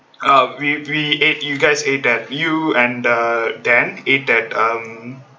uh we we ate you guys ate that you and uh dan ate at um